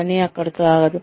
పని అక్కడితో ఆగదు